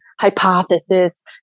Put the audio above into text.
hypothesis